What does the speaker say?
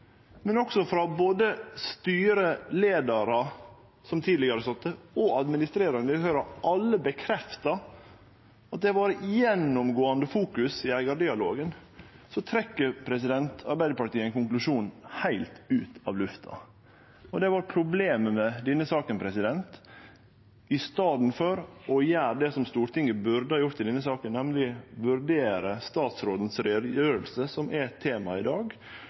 men òg frå både styreleiarar og administrerande direktørar som har sete tidlegare, og som alle stadfestar at det har vore eit gjennomgåande fokus i eigardialogen – trekkjer Arbeidarpartiet ein konklusjon heilt ut av lufta. Det har vore problemet med denne saka. I staden for at ein gjer det som Stortinget burde ha gjort i denne saka, nemlig å vurdere utgreiinga frå statsråden, som er temaet i dag,